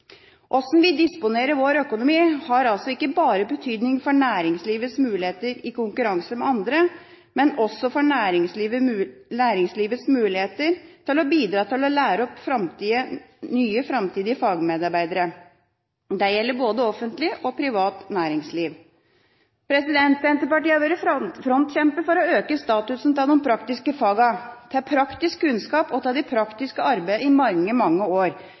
Hvordan vi disponerer vår økonomi, har altså ikke bare betydning for næringslivets muligheter i konkurranse med andre, men også for næringslivets muligheter til å bidra til å lære opp nye framtidige fagmedarbeidere. Det gjelder både offentlig og privat næringsliv. Senterpartiet har vært frontkjemper for å øke statusen til de praktiske fagene, til praktisk kunnskap og til det praktiske arbeidet i mange, mange år.